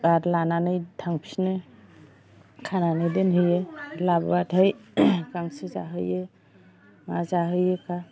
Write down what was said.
गारलानानै थांफिनो खानानै दोनहैयो लांबोबाथाय गांसो जाहोयो मा जाहोयोबा